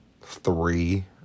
three